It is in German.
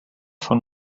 von